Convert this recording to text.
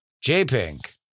J-Pink